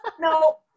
No